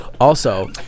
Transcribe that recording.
Also-